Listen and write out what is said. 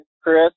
Chris